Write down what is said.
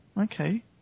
okay